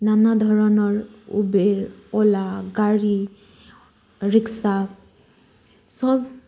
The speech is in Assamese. নানা ধৰণৰ উবেৰ অ'লা গাড়ী ৰিক্সা চব